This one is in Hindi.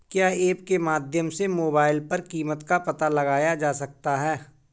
क्या ऐप के माध्यम से मोबाइल पर कीमत का पता लगाया जा सकता है?